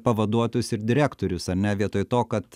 pavaduotojus ir direktorius ar ne vietoj to kad